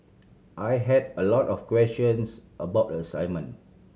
I had a lot of questions about the assignment